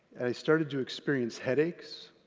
i started to experience headaches,